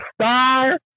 star